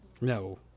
No